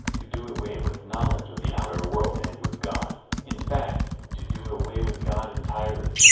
to do away with knowledge of the outer world and with god in fact, to do away with god entirely.